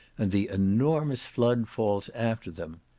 and the enormous flood falls after them.